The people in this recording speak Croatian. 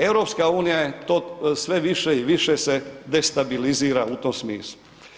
EU je to sve više i više se destabilizira u tom smislu.